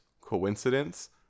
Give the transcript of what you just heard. coincidence